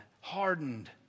hardened